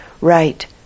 right